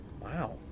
Wow